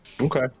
Okay